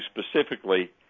specifically